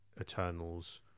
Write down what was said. Eternals